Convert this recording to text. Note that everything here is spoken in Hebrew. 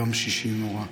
יום שישי נורא.